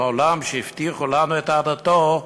והעולם, שהבטיחו לנו את אהדתו,